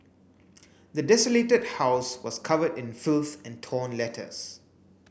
the desolated house was covered in filth and torn letters